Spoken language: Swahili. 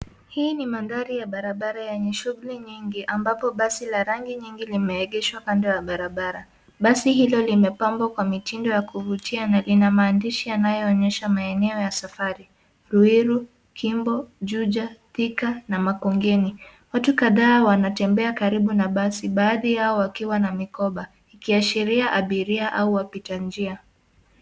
Hii ni mandhari ya barabara yenye shughuli nyingi ambapo basi la rangi nyingi limeegeshwa kando ya barabara. Basi hilo limepambwa kwa mitindo ya kuvutia na lina maandishi yanayoonyesha maeneo ya safari, ruiru, kimbo, juja, thika na makongeni. Watu kadhaa wanatembea karibu na basi, baadhi yao wakiwa na mikoba ikiashiria abiria au wapita njia.